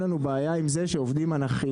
אין לנו בעיה עם זה שעובדים אנכי.